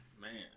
Man